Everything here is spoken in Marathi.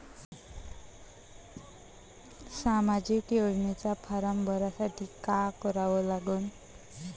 सामाजिक योजनेचा फारम भरासाठी का करा लागन?